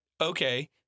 okay